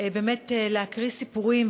להקריא סיפורים.